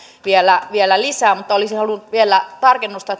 vielä vielä lisää mutta olisin halunnut vielä tarkennusta